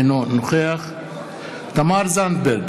אינו נוכח תמר זנדברג,